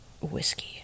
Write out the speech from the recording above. whiskey